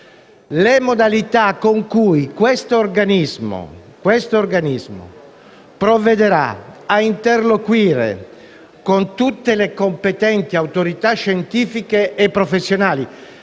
le modalità con cui questo organismo provvederà a interloquire con tutte le competenti autorità scientifiche e professionali.